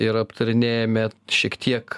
ir aptarinėjame šiek tiek